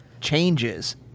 changes